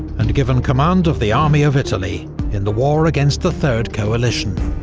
and given command of the army of italy in the war against the third coalition.